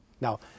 Now